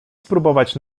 spróbować